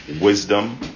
wisdom